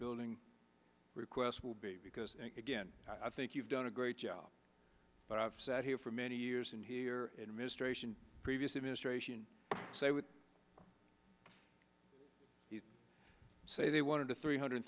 building requests will be because again i think you've done a great job but i've sat here for many years and here in mr previous administration they would say they wanted to three hundred